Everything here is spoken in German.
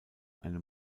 einem